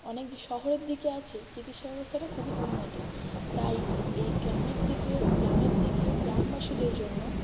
অনেক শহরের দিকে আছে চিকিৎসা ব্যবস্থাটা খুবই উন্নত তাই এই গ্রামের দিকে গ্রামের দিকে গ্রামবাসীদের জন্য